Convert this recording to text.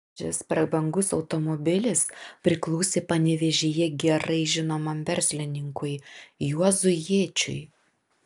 šis prabangus automobilis priklausė panevėžyje gerai žinomam verslininkui juozui jėčiui